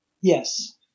Yes